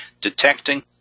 detecting